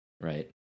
right